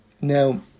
Now